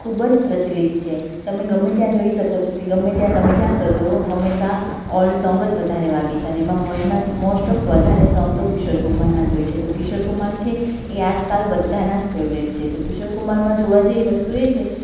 ખૂબ જ પ્રચલિત છે તમે ગમે ત્યાં જોઈ શકો છો કે ગમે ત્યાં તમે જાશો તો હંમેશા ઓલ્ડ સોંગ જ વધારે વાગે છે અને એમાં મેં મોસ્ટ ઓફ વધારે સોંગ તો કિશોર કુમારના જ હોય છે તો કિશોર કુમાર છે એ આજ કાલ બધાના જ ફેવરેટ છે તો કિશોર કુમારમાં જોવા જેવી વસ્તુ એ છે